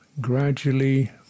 gradually